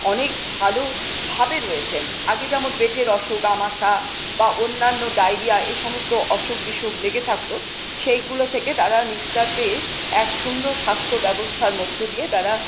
অনেক ভালোভাবে রয়েছেন আগে যেমন পেটের অসুখ আমাশা বা অন্যান্য ডায়েরিয়া এই সমস্ত অসুখ বিসুখ লেগে থাকত সেইগুলো থেকে তারা নিস্তার পেয়ে এক সুন্দর স্বাস্থ্য ব্যবস্থার মধ্য দিয়ে তারা